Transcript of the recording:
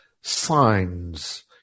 signs